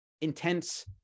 intense